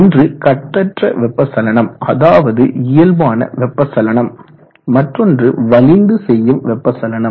ஒன்று கட்டற்ற வெப்ப சலனம் அதாவது இயல்பான வெப்ப சலனம் மற்றொன்று வலிந்து செய்யும் வெப்ப சலனம்